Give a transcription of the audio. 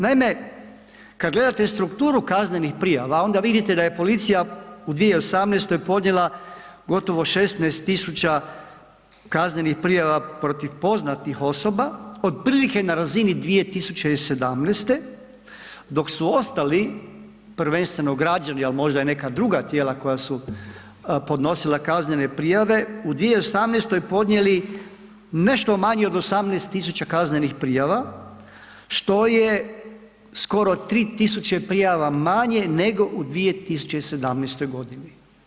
Naime, kad gledate strukturu kaznenih prijava onda vidite da je policija u 2018. podnijela gotovo 16.000 kaznenih prijava protiv poznatih osoba otprilike na razini 2017., dok su ostali prvenstveno građani, al možda i neka druga tijela koja su podnosila kaznene prijave u 2018. podnijeli nešto manje od 18.000 kaznenih prijava što je skoro 3.000 prijava manje nego u 2017. godini.